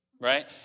right